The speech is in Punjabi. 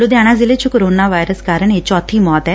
ਲੁਧਿਆਣਾ ਜ਼ਿਲੇ ਚ ਕੋਰੋਨਾ ਵਾਇਰਸ ਕਾਰਨ ਇਹ ਚੋਬੀ ਮੌਤ ਐ